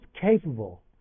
capable